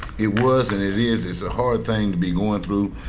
it was and it is it's a hard thing to be going through.